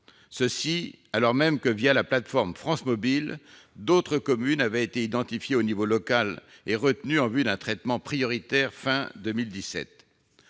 département. Or, la plateforme France Mobile, d'autres communes ont été identifiées au niveau local et retenues en vue d'un traitement prioritaire à la